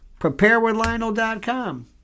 Preparewithlionel.com